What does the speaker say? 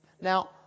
Now